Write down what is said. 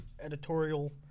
editorial